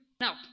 Now